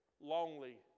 lonely